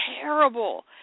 terrible